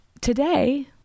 today